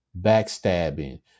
backstabbing